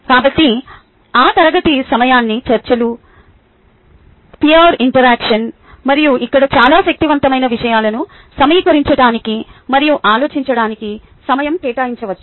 కాబట్టి ఆ తరగతి సమయాన్ని చర్చలు పియార్ ఇంటర్యాక్షన్ మరియు ఇక్కడ చాలా శక్తివంతమైన విషయాలను సమీకరించటానికి మరియు ఆలోచించడానికి సమయం కేటాయించవచ్చు